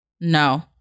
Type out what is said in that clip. No